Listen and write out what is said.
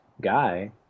guy